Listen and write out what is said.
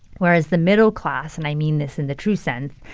whereas the middle class and i mean this in the true sense,